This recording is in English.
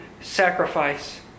sacrifice